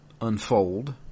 unfold